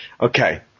Okay